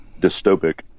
dystopic